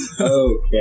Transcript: Okay